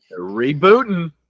rebooting